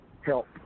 help